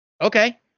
Okay